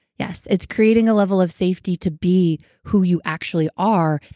yes. it's creating a level of safety to be who you actually are,